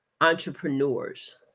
entrepreneurs